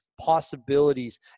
possibilities